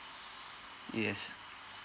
yes